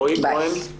רועי כהן.